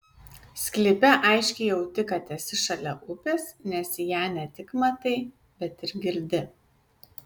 sklype aiškiai jauti kad esi šalia upės nes ją ne tik matai bet ir girdi